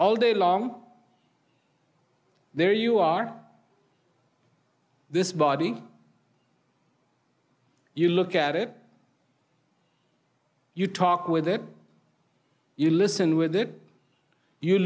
all day long there you are this body you look at it you talk with it you listen with it you